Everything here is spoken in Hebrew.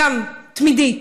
גם תמידית.